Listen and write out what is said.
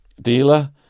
dealer